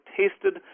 tasted